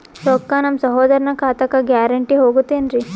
ರೊಕ್ಕ ನಮ್ಮಸಹೋದರನ ಖಾತಕ್ಕ ಗ್ಯಾರಂಟಿ ಹೊಗುತೇನ್ರಿ?